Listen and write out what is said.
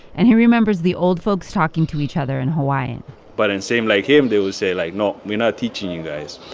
and he remembers the old folks talking to each other in hawaiian but the same like him, they would say, like, no, we're not teaching you guys.